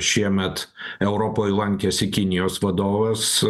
šiemet europoj lankėsi kinijos vadovas